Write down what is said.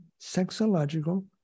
sexological